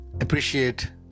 appreciate